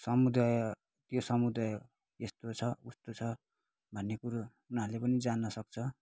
समुदाय यो समुदाय यस्तो छ उस्तो छ भन्ने कुरो उनीहरूले पनि जान्नसक्छ